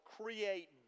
create